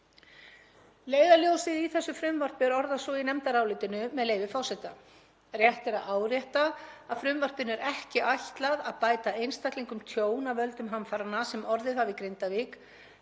Leiðarljósið í þessu frumvarpi er orðað svo í nefndarálitinu, með leyfi forseta: „Árétta ber að frumvarpinu er ekki ætlað að bæta einstaklingum tjón af völdum hamfaranna sem orðið hafa í Grindavík